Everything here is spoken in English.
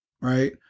right